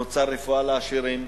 נוצרו רפואה לעשירים,